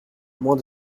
moins